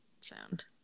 sound